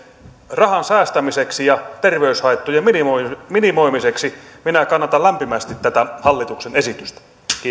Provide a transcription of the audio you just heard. rahan säästämiseksi ja terveyshaittojen minimoimiseksi minimoimiseksi minä kannatan lämpimästi tätä hallituksen esitystä